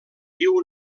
viu